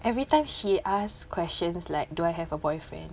everytime she asks questions like do I have a boyfriend